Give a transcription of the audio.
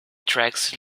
tracks